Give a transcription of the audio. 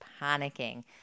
panicking